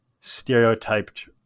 stereotyped